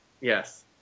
Yes